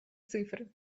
цифры